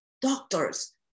doctors